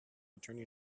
attorney